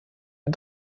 ein